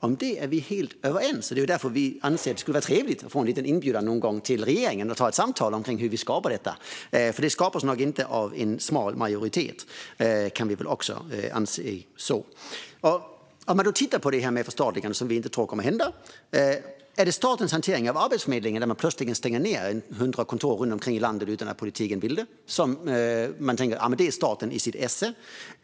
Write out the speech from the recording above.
Om det är vi helt överens, och det är därför vi anser att det skulle vara trevligt att någon gång få en liten inbjudan till regeringen för att ha ett samtal kring hur vi skapar detta, för det skapas nog inte av en smal majoritet. Om man då tittar på det här med förstatligande, som vi inte tror kommer att hända, är det statens hantering av Arbetsförmedlingen, där man plötsligen stänger ned 100 kontor runt om i landet utan att politiken vill det, som man tänker är staten i sitt esse?